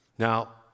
Now